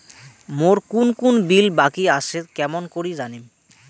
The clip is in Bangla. মোর কুন কুন বিল বাকি আসে কেমন করি জানিম?